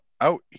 out